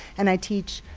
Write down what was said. and i teach